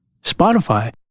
Spotify